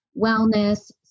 wellness